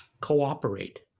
cooperate